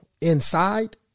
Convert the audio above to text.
inside